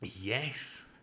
Yes